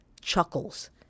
chuckles